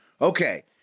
okay